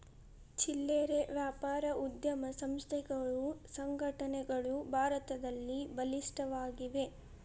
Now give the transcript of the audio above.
ಚಿಲ್ಲರೆ ವ್ಯಾಪಾರ ಉದ್ಯಮ ಸಂಸ್ಥೆಗಳು ಸಂಘಟನೆಗಳು ಭಾರತದಲ್ಲಿ ಬಲಿಷ್ಠವಾಗಿವೆ